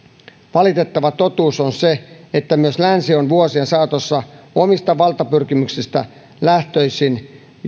valitettava totuus on se että myös länsi on vuosien saatossa omista valtapyrkimyksistään lähtöisin